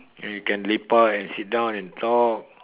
and you can lepak and sit down and talk